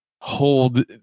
hold